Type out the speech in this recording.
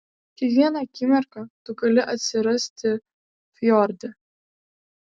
kiekvieną akimirką tu gali atsirasti fjorde